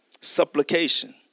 supplication